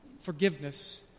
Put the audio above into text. Forgiveness